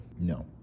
No